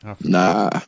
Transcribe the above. nah